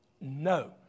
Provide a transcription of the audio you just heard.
No